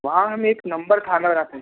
वहाँ हम एक नम्बर खाना रहते